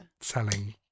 selling